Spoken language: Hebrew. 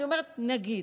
אני אומרת: נגיד.